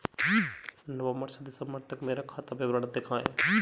नवंबर से दिसंबर तक का मेरा खाता विवरण दिखाएं?